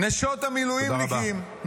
תודה רבה.